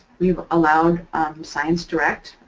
we've allowed sciencedirect,